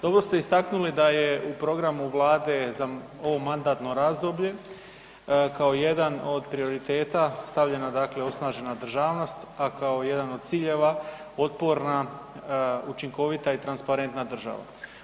Dobro ste istaknuli da je u programu Vlade za ovo mandatno razdoblje kao jedan od prioriteta stavljeno dakle osnažena državnost a kao jedan od ciljeva, potporna, učinkovita i transparentna država.